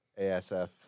ASF